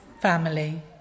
family